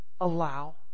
allow